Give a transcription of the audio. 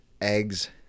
Eggs